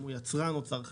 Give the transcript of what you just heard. אם הוא יצרן או צרכן,